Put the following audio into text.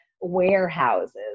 warehouses